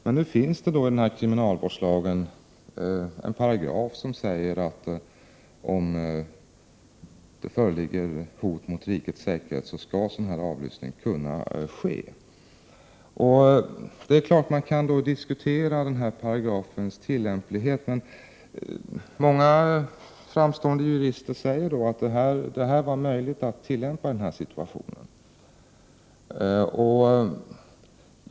Men nu finns det en paragraf i kriminalvårdslagen som säger att om det föreligger hot mot rikets säkerhet skall sådan här avlyssning kunna ske. Det är klart att man då kan diskutera denna paragrafs tillämplighet. Men många framstående jurister säger att den var möjlig att tillämpa i denna situation.